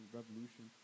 revolution